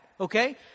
Okay